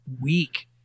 week